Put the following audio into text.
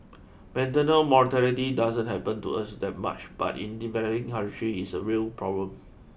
maternal mortality doesn't happen to us that much but in developing countries is a real problem